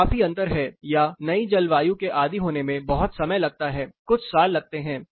तो काफी अंतर है या नई जलवायु के आदि होने में बहुत समय लगता है कुछ साल लगते हैं